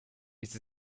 ist